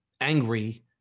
angry